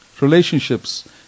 Relationships